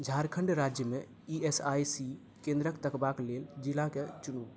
झारखण्ड राज्यमे E S I C केंद्रक तकबाक लेल जिलाके चुनू